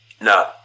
No